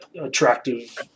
attractive